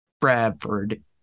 Bradford